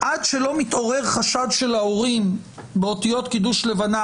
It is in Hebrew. עד שלא מתעורר חשד של ההורים באותיות קידוש לבנה,